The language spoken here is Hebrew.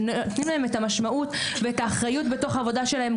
איך נותנים להן את המשמעות ואת האחריות בתוך העבודה שלהן,